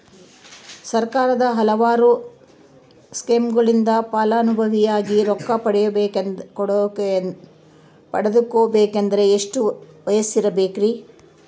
ಸರ್ಕಾರದ ಹಲವಾರು ಸ್ಕೇಮುಗಳಿಂದ ಫಲಾನುಭವಿಯಾಗಿ ರೊಕ್ಕ ಪಡಕೊಬೇಕಂದರೆ ಎಷ್ಟು ವಯಸ್ಸಿರಬೇಕ್ರಿ?